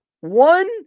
one